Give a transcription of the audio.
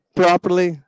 properly